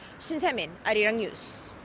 shin se-min, arirang news.